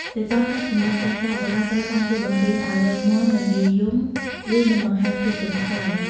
ទៅតាមផ្នត់គំនិតចាស់ៗ បុរសត្រូវបានគេបង្រៀនឱ្យ រឹងមាំ មិនងាយយំ ឬមិនបង្ហាញភាពទន់ខ្សោយ។